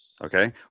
okay